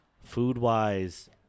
Food-wise